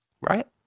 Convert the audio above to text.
right